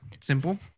simple